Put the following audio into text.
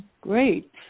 Great